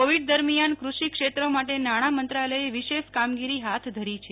Covid દરમિયાન કૃષિ ક્ષેત્ર માટે નાણાં મંત્રાલયે વિશેષ કામગીરી હાથ ધરી છે